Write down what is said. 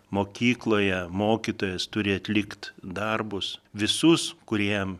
mokykloje mokytojas turi atlikt darbus visus kurie jam